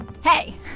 Hey